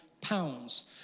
pounds